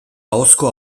ahozko